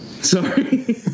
sorry